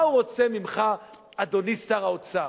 מה הוא רוצה ממך, אדוני שר האוצר?